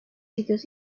sitios